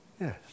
Yes